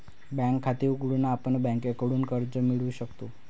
bank खाते उघडून आपण बँकेकडून कर्ज मिळवू शकतो